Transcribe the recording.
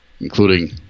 including